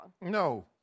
No